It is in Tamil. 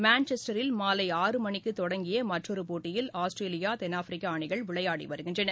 மான்செஸ்டரில் மாலை மணிக்குதொடங்கியமற்றொருபோட்டியில் ஆஸ்திரேலியா தென்னாப்பிரிக்காஅணிகள் விளையாடிவருகின்றன